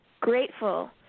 grateful